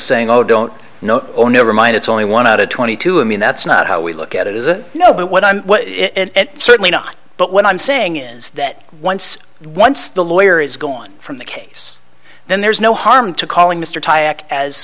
saying oh don't know oh nevermind it's only one out of twenty two i mean that's not how we look at it as a you know what i'm certainly not but what i'm saying is that once once the lawyer is gone from the case then there's no harm to calling